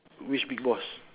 which big boss